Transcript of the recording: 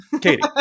Katie